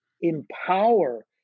empower